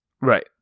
Right